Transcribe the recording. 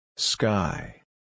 Sky